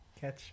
catch